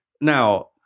Now